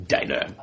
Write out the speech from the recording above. Diner